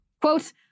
Quote